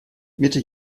mitte